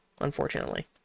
unfortunately